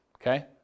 okay